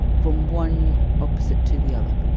from one opposite to the other.